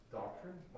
doctrine